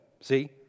See